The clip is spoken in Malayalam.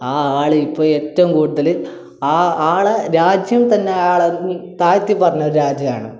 ആ ആള് ഇപ്പോൾ ഏറ്റവും കൂടുതൽ ആ ആളെ രാജ്യം തന്നെ ആ ആളെ താഴ്ത്തി പറഞ്ഞ ഒരു രാജ്യമാണ്